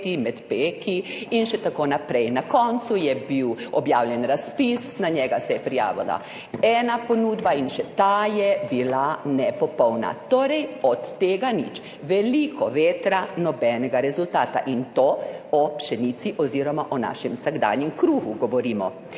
med peki in tako naprej. Na koncu je bil objavljen razpis, na njega se je prijavila ena ponudba in še ta je bila nepopolna, torej od tega nič. Veliko vetra, nobenega rezultata, in to govorimo o pšenici oziroma o našem vsakdanjem kruhu.